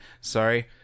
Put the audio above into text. Sorry